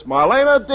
Marlena